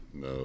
No